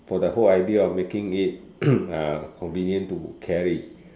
for the whole idea of making it uh convenient to carry